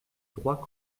droit